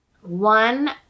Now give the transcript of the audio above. one